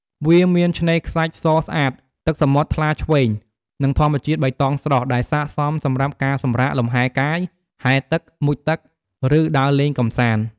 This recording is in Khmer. វាមានឆ្នេរខ្សាច់សស្អាត ទឹកសមុទ្រថ្លាឈ្វេង និងធម្មជាតិបៃតងស្រស់ ដែលស័ក្តិសមសម្រាប់ការសម្រាកលម្ហែកាយ ហែលទឹក មុជទឹក ឬដើរលេងកម្សាន្ត។